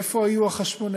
איפה היו החשמונאים?